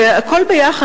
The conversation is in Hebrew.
והכול ביחד,